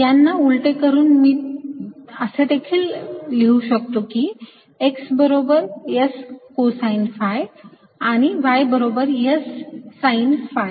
यांना उलटे करून मी असे देखील लिहू शकतो की x बरोबर S कोसाइन phi आणि y बरोबर S साइन phi